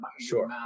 Sure